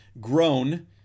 grown